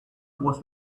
was